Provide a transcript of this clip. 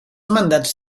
mandats